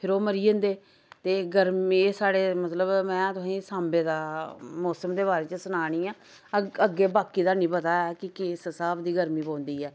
फेर ओह् मरी जंदे ते गर्मी स्हाढ़े मतलब मैं तुहेंगी साम्बे दा मौसम दे बारे च सना नी आं अग्गे बाकी दा हन्नी पता ऐ कि किस स्हाब दी गर्मी पौंदी ऐ